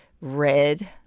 red